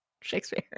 Shakespeare